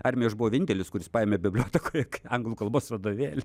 armijoj aš buvau vienintelis kuris paėmė bibliotekoj anglų kalbos vadovėlį